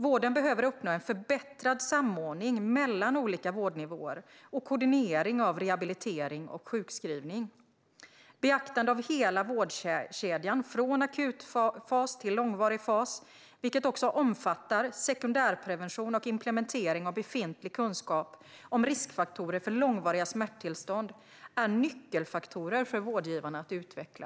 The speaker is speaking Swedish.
Vården behöver uppnå en förbättrad samordning mellan olika vårdnivåer samt koordinering av rehabilitering och sjukskrivning. Beaktande av hela vårdkedjan, från akutfas till långvarig fas - vilket också omfattar sekundärprevention och implementering av befintlig kunskap om riskfaktorer för långvariga smärttillstånd - är en nyckelfaktor för vårdgivarna att utveckla.